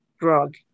drug